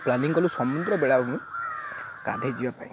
planning କଲୁ ସମୁଦ୍ର ବେଳାଭୂମି ଗାଧେଇ ଯିବା ପାଇଁ